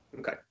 Okay